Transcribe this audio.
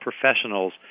professionals